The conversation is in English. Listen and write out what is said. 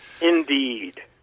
Indeed